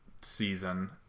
season